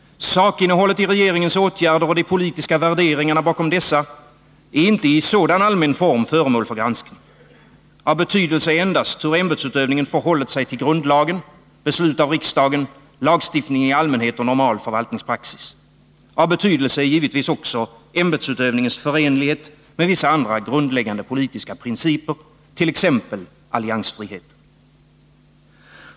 Sakinnehållet i regeringens åtgärder och de politiska värderingarna bakom dessa är inte i sådan allmän form föremål för granskning. Av betydelse är endast hur ämbetsutövningen förhållit sig till grundlagen, beslut av riksdagen, lagstiftningen i allmänhet och normal förvaltningspraxis. Av betydelse är givetvis också ämbetsutövningens förenlighet med vissa andra grundläggande politiska principer, t.ex. alliansfriheten.